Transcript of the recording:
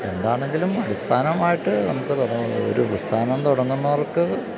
എന്താണെങ്കിലും അടിസ്ഥാനമായിട്ട് നമുക്ക് ഒരു പ്രസ്ഥാനം തുടങ്ങുന്നവർക്ക്